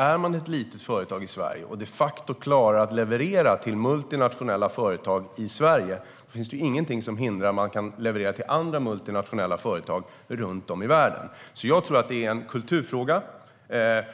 Är man ett litet företag i Sverige och de facto klarar att leverera till multinationella företag i Sverige finns det ju ingenting som hindrar att man levererar till andra multinationella företag runt om i världen. Jag tror att detta är en kulturfråga